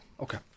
Okay